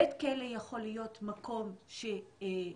בית כלא יכול להיות מקום גם של ענישה